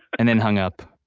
and then hung up.